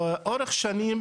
לאורך שנים,